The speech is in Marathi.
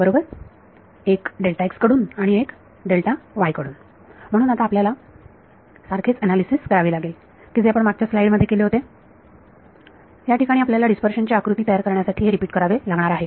बरोबर एक कडून आणि एक कडून म्हणून आता आपल्याला सारखेच अनालिसिस करावे लागेल की जे आपण मागच्या स्लाइड मध्ये केले होते या ठिकाणी आपल्याला डीस्पर्शन ची आकृती तयार करण्यासाठी हे रिपीट करावे लागणार आहे